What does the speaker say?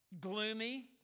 gloomy